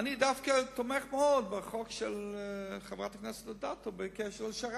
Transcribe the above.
אני דווקא תומך מאוד בחוק של חברת הכנסת אדטו בעניין השר"פ.